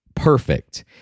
perfect